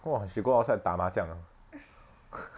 !wah! she go outside 打麻将 ah